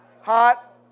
Hot